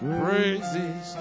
praises